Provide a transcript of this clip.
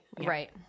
right